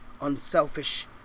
unselfish